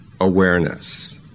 awareness